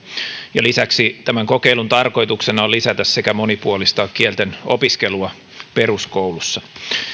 ja lisäksi tämän kokeilun tarkoituksena on lisätä sekä monipuolistaa kielten opiskelua peruskoulussa